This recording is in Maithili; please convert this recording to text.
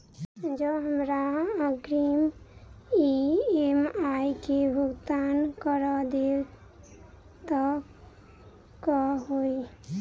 जँ हमरा अग्रिम ई.एम.आई केँ भुगतान करऽ देब तऽ कऽ होइ?